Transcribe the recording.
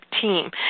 team